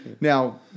Now